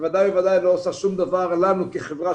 ובוודאי לא עושה שום דבר טוב לנו כחברה.